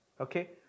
okay